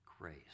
grace